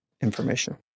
information